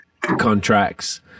contracts